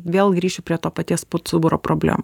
vėl grįšiu prie to paties po cuburo problemų